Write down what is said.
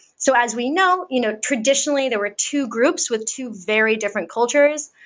so as we know, you know traditionally, there were two groups with two very different cultures.